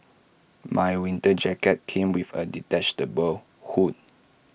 my winter jacket came with A detached hood